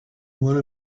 one